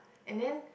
and then